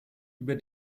über